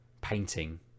painting